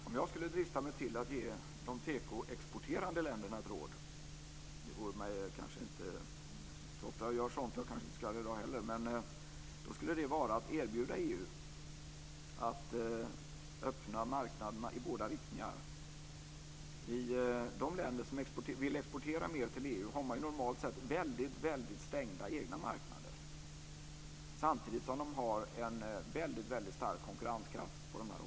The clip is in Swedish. Herr talman! Om jag skulle drista mig till att ge de tekoexporterande länderna ett råd - det är inte så ofta jag gör sådant, och jag kanske inte ska göra det i dag heller - skulle det vara att erbjuda EU att öppna marknaderna i båda riktningarna. I de länder som vill exportera mer till EU har man ju normalt sett väldigt stängda egna marknader samtidigt som man har en väldigt stark konkurrenskraft på de här områdena.